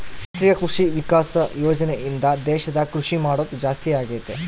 ರಾಷ್ಟ್ರೀಯ ಕೃಷಿ ವಿಕಾಸ ಯೋಜನೆ ಇಂದ ದೇಶದಾಗ ಕೃಷಿ ಮಾಡೋದು ಜಾಸ್ತಿ ಅಗೈತಿ